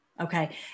okay